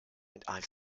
and